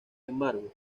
embargo